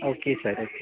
okay sir okay